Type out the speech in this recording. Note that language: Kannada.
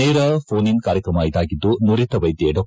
ನೇರ ಫೋನ್ ಇನ್ ಕಾರ್ಯಕ್ರಮ ಇದಾಗಿದ್ದು ನುರಿತ ವೈದ್ಯೆ ಡಾ